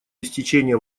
истечения